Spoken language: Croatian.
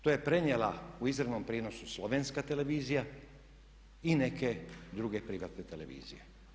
To je prenijela u izravnom prijenosu slovenska televizija i neke druge privatne televizije.